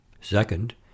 Second